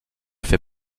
fait